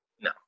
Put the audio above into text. No